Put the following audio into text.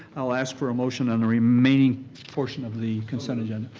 i'll ask for a motion on the remaining portion of the consent agenda.